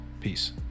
Peace